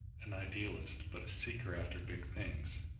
an idealist but a seeker after big things.